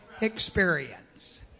experience